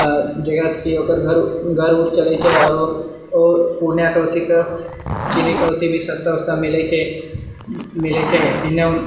आ जेकरासँ कि ओकर घर घर वुर चलैत छै आ ओ ओ पूर्णियाँके अथिके चीनीके अथि भी सस्ता वस्ता मिलैत छै मिलैत छै एने